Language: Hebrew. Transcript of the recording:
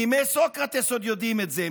עוד מימי סוקרטס יודעים את זה,